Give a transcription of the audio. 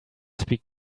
speak